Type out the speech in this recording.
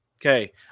Okay